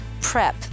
PREP